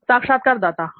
साक्षात्कारदाता हां